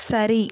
சரி